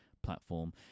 Platform